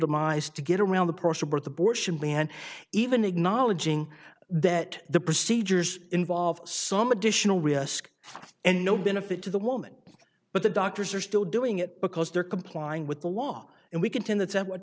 demise to get around the partial birth abortion ban even acknowledging that the procedures involve some additional risk and no benefit to the woman but the doctors are still doing it because they're complying with the law and we contend t